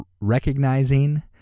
recognizing